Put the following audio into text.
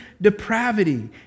depravity